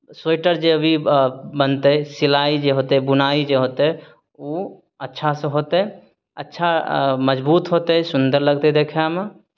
sweater जे अभी बनतै सिलाइ जे होतै बुनाइ जे होतै ओ अच्छासँ होतै अच्छा मजबूत होतै सुन्दर लगतै देखयमे